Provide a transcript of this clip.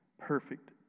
Perfect